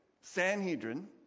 sanhedrin